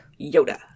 Yoda